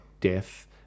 death